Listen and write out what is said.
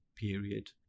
period